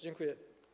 Dziękuję.